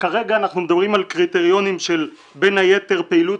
כרגע אנחנו מדברים על קריטריונים של בין היתר פעילות